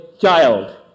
child